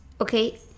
okay